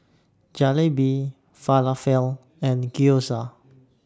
Jalebi Falafel and Gyoza